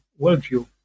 worldview